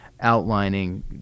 outlining